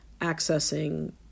accessing